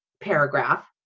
paragraph